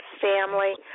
family